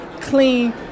clean